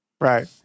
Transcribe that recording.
right